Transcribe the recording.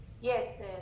Yes